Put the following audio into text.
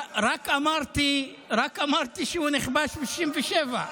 רק אמרתי שהוא נכבש ב-1967.